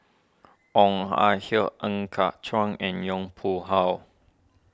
Ong Ah Hoi Ng Cart Chuan and Yong Pu How